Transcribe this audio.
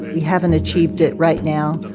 we haven't achieved it right now.